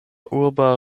urba